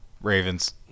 Ravens